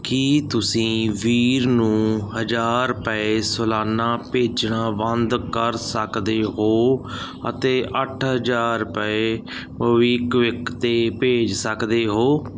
ਕੀ ਤੁਸੀਂ ਵੀਰ ਨੂੰ ਹਜ਼ਾਰ ਰੁਪਏ ਸਲਾਨਾ ਭੇਜਣਾ ਬੰਦ ਕਰ ਸਕਦੇ ਹੋ ਅਤੇ ਅੱਠ ਹਜ਼ਾਰ ਰੁਪਏ ਮੋਬੀਕਵਿਕ 'ਤੇ ਭੇਜ ਸਕਦੇ ਹੋ